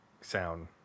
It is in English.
sound